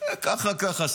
ככה ככה.